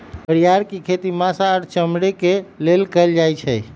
घरिआर के खेती मास आऽ चमड़े के लेल कएल जाइ छइ